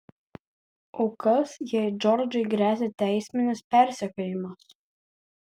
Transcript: o kas jei džordžui gresia teisminis persekiojimas